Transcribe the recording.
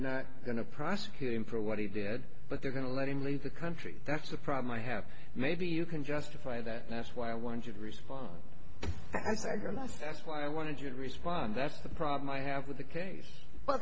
not going to prosecute him for what he did but they're going to let him leave the country that's the problem i have maybe you can justify that that's why i want you to respond as i guess that's why i wanted you to respond that's the problem i have with the case but